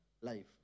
life